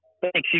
Thanks